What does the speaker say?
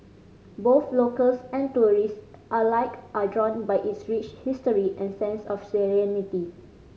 both locals and tourist alike are drawn by its rich history and sense of serenity